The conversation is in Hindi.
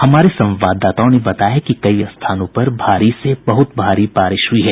हमारे संवाददाताओं ने बताया है कि कई स्थानों पर भारी से बहुत भारी बारिश हुई है